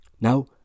Now